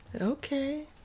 Okay